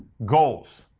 goals.